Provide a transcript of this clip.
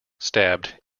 stabbed